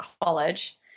college